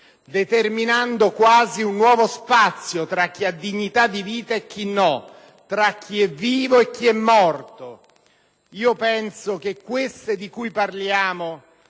determinandosi quasi un nuovo spazio tra chi ha dignità di vita e chi no, tra chi è vivo e chi è morto. Io penso che quelle di cui parliamo